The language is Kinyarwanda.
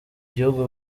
gihugu